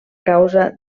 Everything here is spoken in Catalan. causa